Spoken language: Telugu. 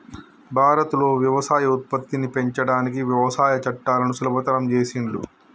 భారత్ లో వ్యవసాయ ఉత్పత్తిని పెంచడానికి వ్యవసాయ చట్టాలను సులభతరం చేసిండ్లు